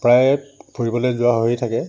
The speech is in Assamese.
প্ৰায় ফুৰিবলৈ যোৱা হৈয়ে থাকে